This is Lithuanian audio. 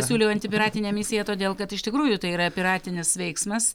siūliau antipiratinę misiją todėl kad iš tikrųjų tai yra piratinis veiksmas